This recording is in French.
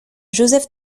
joseph